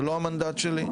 זה לא המנדט שלי,